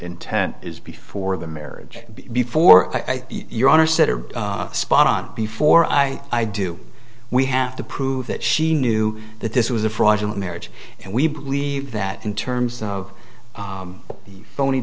intent is before the marriage before i your honor set a spot on before i i do we have to prove that she knew that this was a fraudulent marriage and we believe that in terms of phony